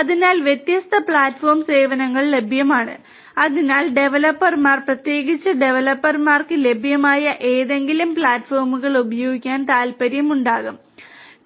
അതിനാൽ വ്യത്യസ്ത പ്ലാറ്റ്ഫോം സേവനങ്ങൾ ലഭ്യമാണ് അതിനാൽ ഡവലപ്പർമാർ പ്രത്യേകിച്ച് ഡവലപ്പർമാർക്ക് ലഭ്യമായ ഏതെങ്കിലും പ്ലാറ്റ്ഫോമുകൾ ഉപയോഗിക്കാൻ താൽപ്പര്യമുണ്ടാകാം